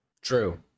True